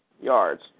yards